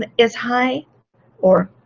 and is high or